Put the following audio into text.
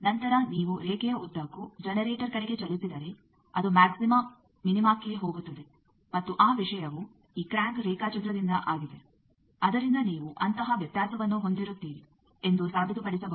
ನಂತರ ನೀವು ರೇಖೆಯ ಉದ್ದಕ್ಕೂ ಜನರೇಟರ್ ಕಡೆಗೆ ಚಲಿಸಿದರೆ ಅದು ಮ್ಯಾಕ್ಸಿಮ ಮಿನಿಮಕ್ಕೆ ಹೋಗುತ್ತದೆ ಮತ್ತು ಆ ವಿಷಯವು ಈ ಕ್ರ್ಯಾಂಕ್ ರೇಖಾಚಿತ್ರದಿಂದ ಆಗಿದೆ ಅದರಿಂದ ನೀವು ಅಂತಹ ವ್ಯತ್ಯಾಸವನ್ನು ಹೊಂದಿರುತ್ತೀರಿ ಎಂದು ಸಾಬೀತುಪಡಿಸಬಹುದು